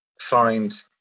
find